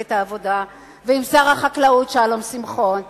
מפלגת העבודה ועם שר החקלאות שלום שמחון.